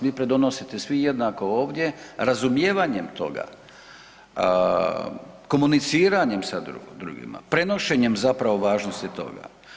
Vi pridonosite svi jednako ovdje, razumijevanjem toga, komuniciranjem s drugima, prenošenjem važnosti toga.